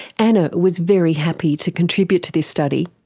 anna was very happy to contribute to this study.